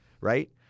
right